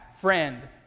friend